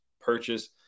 purchase